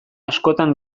askotan